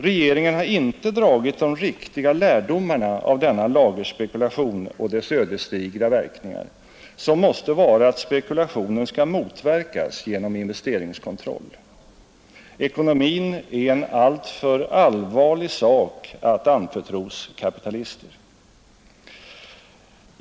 Regeringen har inte dragit de riktiga lärdomarna av denna lagerspekulation och dess ödesdigra verkningar, som måste vara att spekulationen skall motverkas genom investeringskontroll. Ekonomin är en alltför allvarlig sak att anförtros kapitalisterna.